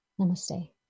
namaste